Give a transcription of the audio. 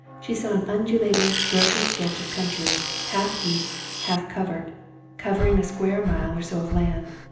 she saw an undulating, broken stretch of country, half-heath, half-covert, covering a square mile or so of land,